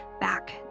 back